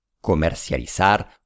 Comercializar